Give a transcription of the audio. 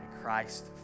Christ